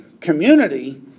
community